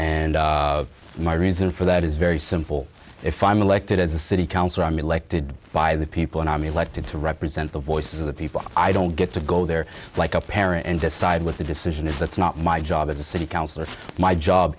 and my reason for that is very simple if i'm elected as a city councillor i'm elected by the people and i mean elected to represent the voices of the people i don't get to go there like a parent and decide what the decision is that's not my job as a city councillor my job